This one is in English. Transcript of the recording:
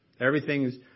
Everything's